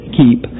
keep